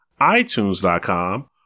itunes.com